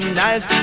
nice